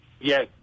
Yes